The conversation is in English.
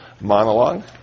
monologue